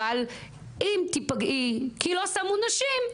אבל אם תפגעי כי לא שמו נשים,